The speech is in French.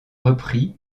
repris